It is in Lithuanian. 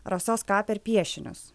rasos kaper piešinius